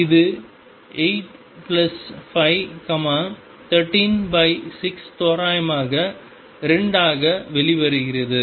அது 8 5 136 தோராயமாக 2 ஆக வெளிவருகிறது